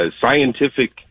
scientific